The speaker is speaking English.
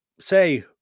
say